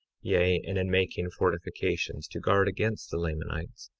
yea, and in making fortifications to guard against the lamanites,